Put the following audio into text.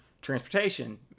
transportation